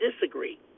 disagree